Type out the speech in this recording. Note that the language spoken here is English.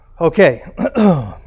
Okay